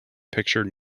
picture